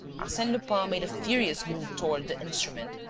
arsene lupin made a furious move toward the instrument,